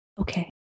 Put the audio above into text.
okay